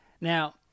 Now